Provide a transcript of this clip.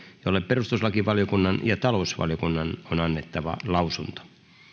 jolle perustuslakivaliokunnan ja talousvaliokunnan on annettava lausunto